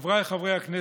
חבריי חברי הכנסת,